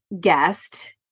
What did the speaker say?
guest